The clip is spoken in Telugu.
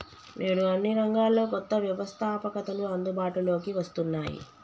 నేడు అన్ని రంగాల్లో కొత్త వ్యవస్తాపకతలు అందుబాటులోకి వస్తున్నాయి